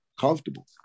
comfortable